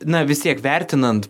na vis tiek vertinant